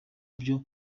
byo